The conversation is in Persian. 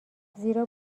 زیرا